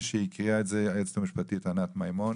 שהקריאה את זה היועצת המשפטית ענת מימון?